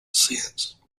since